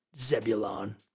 Zebulon